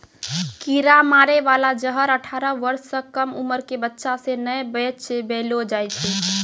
कीरा मारै बाला जहर अठारह बर्ष सँ कम उमर क बच्चा सें नै बेचबैलो जाय छै